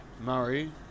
Murray